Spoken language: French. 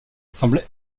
semble